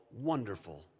Wonderful